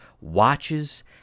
watches